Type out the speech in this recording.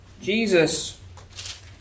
Jesus